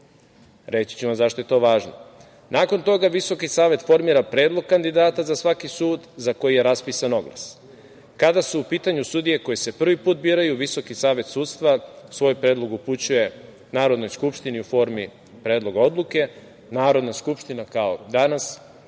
Reći ću vam zašto je to važno. Nakon toga Visoki savet formira predlog kandidata za svaki sud za koji je raspisan oglas. Kada su pitanju sudije koje se prvi put biraju, Visoki savet sudstva svoj predlog upućuje Narodnoj skupštini u formi predloga odluke, Narodna skupština, kao danas,